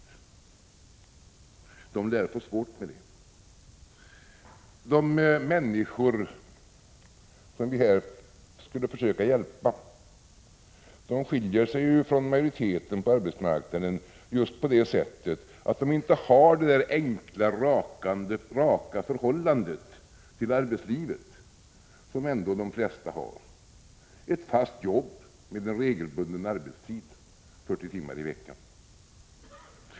De lär få svårt med den saken. De människor som vi här skulle försöka hjälpa skiljer sig ju från majoriteten på arbetsmarknaden just på det sättet att de inte har det där enkla, raka förhållandet till arbetslivet som de flesta ändå har: ett fast jobb med en regelbunden arbetstid, 40 timmar i veckan.